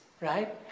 right